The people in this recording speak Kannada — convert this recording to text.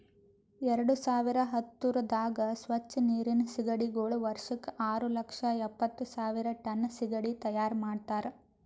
ಎರಡು ಸಾವಿರ ಹತ್ತುರದಾಗ್ ಸ್ವಚ್ ನೀರಿನ್ ಸೀಗಡಿಗೊಳ್ ವರ್ಷಕ್ ಆರು ಲಕ್ಷ ಎಪ್ಪತ್ತು ಸಾವಿರ್ ಟನ್ ಸೀಗಡಿ ತೈಯಾರ್ ಮಾಡ್ತಾರ